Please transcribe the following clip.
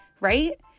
Right